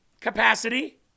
capacity